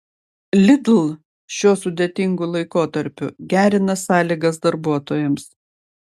lidl šiuo sudėtingu laikotarpiu gerina sąlygas darbuotojams